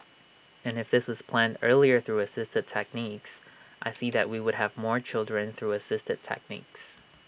and if this was planned earlier through assisted techniques I see that we would have more children through assisted techniques